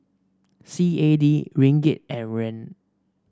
C A D Ringgit and Yuan